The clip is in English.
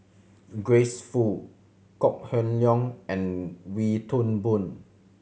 Grace Fu Kok Heng Leun and Wee Toon Boon